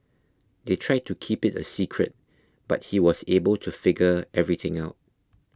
they tried to keep it a secret but he was able to figure everything out